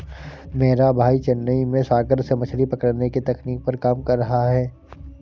मेरा भाई चेन्नई में सागर से मछली पकड़ने की तकनीक पर काम कर रहा है